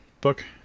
book